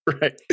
Right